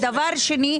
דבר שני,